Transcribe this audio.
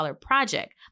project